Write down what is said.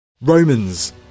Romans